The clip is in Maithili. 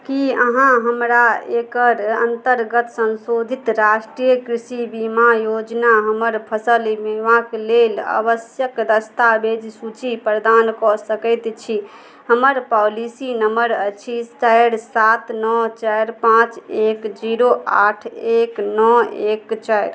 की अहाँ हमरा एकर अन्तर्गत संशोधित राष्ट्रीय कृषि बीमा योजना हमर फसल बीमाक लेल आवश्यक दस्ताबेज सूची प्रदान कऽ सकैत छी हमर पॉलिसी नंबर अछि चारि सात नओ चारि पाँच एक जीरो आठ एक नओ एक चारि